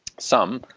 some,